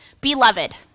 Beloved